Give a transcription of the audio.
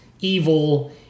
evil